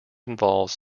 involves